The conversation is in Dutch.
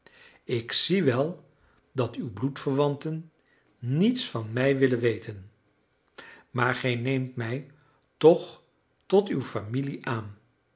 ik zie wel dat uw bloedverwanten niets van mij willen weten maar gij neemt mij toch tot uw familie aan